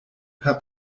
per